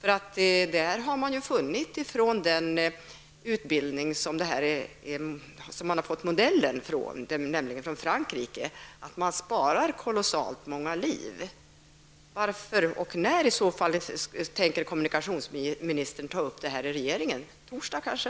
I Frankrike, varifrån vi hämtat modellen för denna utbildning, har man funnit att man sparar kolossalt många liv genom den här ordningen. När tänker kommunikationsministern ta upp denna fråga i regeringen? På torsdag, kanske!